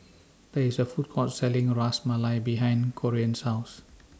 There IS A Food Court Selling A Ras Malai behind Corean's House